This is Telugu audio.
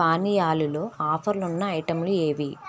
పానీయాలులో ఆఫర్లున్న ఐటెమ్లు ఏవి